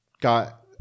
got